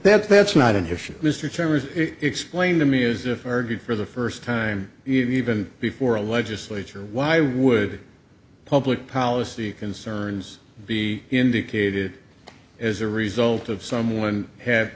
that that's not an issue mr chambers explained to me is that argued for the first time even before a legislature why would public policy concerns be indicated as a result of someone had